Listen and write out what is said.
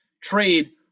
trade